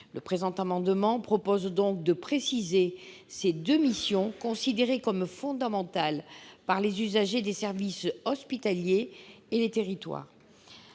Le présent amendement vise donc à préciser ces deux missions, considérées comme fondamentales par les usagers des services hospitaliers sur les territoires.